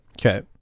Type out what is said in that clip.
Okay